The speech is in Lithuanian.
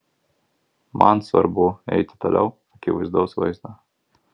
man svarbu eiti toliau akivaizdaus vaizdo